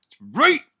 right